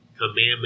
commandment